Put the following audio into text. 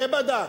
ובדק.